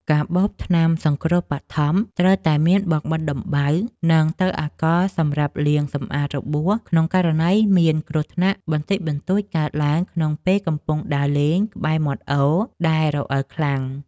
កាបូបថ្នាំសង្គ្រោះបឋមត្រូវតែមានបង់បិទដំបៅ និង ទឹកអាល់កុលសម្រាប់លាងសម្អាតរបួសក្នុងករណីដែលមានគ្រោះថ្នាក់បន្តិចបន្តួចកើតឡើងក្នុងពេលកំពុងដើរលេងក្បែរមាត់អូរដែលរអិលខ្លាំង។